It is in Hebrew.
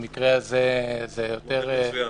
במקרה הזה זה יותר --- מודל מצוין.